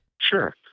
Sure